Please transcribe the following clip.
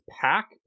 pack